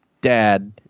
dad